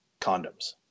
condoms